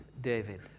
David